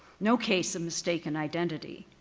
no case of mistaken identity.